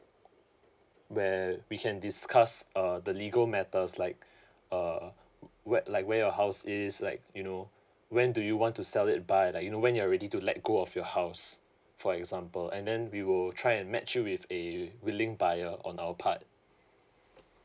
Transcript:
where we can discuss uh the legal matters like uh where like where your house is like you know when do you want to sell it by like you know when you're ready to let go of your house for example and then we will try and match you with a willing buyer on our part